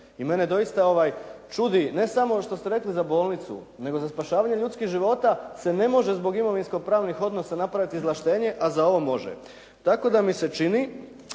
I mene doista čudi, ne samo što ste rekli za bolnicu, nego za spašavanje ljudskih života se ne može zbog imovinskopravnih odnosa napraviti izvlaštenje, a za ovo može. Tako da mi se čini